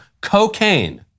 cocaine